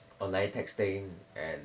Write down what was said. online texting and